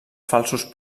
falsos